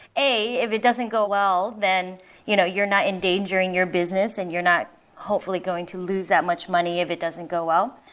a if it doesn't go well, then you know you're not endangering your business and you're not hopefully going to lose that much money if it doesn't go well.